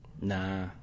Nah